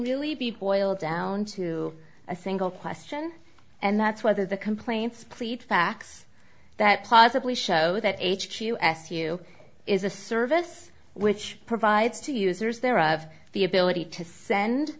really be boiled down to a single question and that's whether the complaints plead facts that possibly show that h two s u is a service which provides the users there of the ability to send